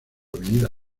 avenida